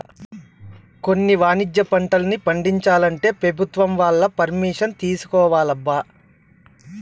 కొన్ని వాణిజ్య పంటల్ని పండించాలంటే పెభుత్వం వాళ్ళ పరిమిషన్ తీసుకోవాలబ్బా